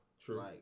True